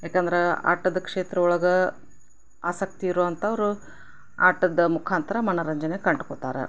ಯಾಕಂದ್ರೆ ಆಟದ ಕ್ಷೇತ್ರ ಒಳಗೆ ಆಸಕ್ತಿ ಇರುವಂಥವ್ರು ಆಟದ ಮುಖಾಂತರ ಮನರಂಜನೆ ಕಂಡ್ಕೊತಾರೆ